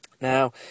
Now